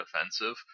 offensive